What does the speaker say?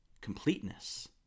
completeness